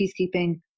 peacekeeping